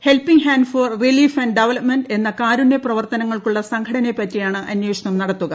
helping hand for relief and development എന്ന കാരുണ്യ പ്രവർത്തനങ്ങൾക്കുള്ള സംഘടനയെപ്പറ്റിയാണ് അന്വേഷണം നടത്തുക